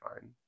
fine